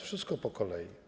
Wszystko po kolei.